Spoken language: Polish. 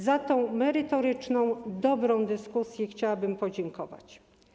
Za tę merytoryczną, dobrą dyskusję chciałabym podziękować.